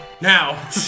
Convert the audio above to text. Now